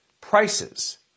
prices